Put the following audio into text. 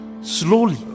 slowly